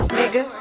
nigga